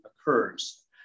occurs